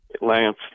Lance